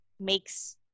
makes